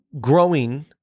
growing